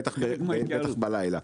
בטח בלילה.